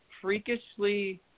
freakishly